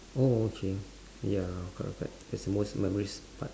oh okay ya correct correct that's the most memories but